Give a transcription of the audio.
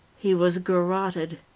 he was garroted.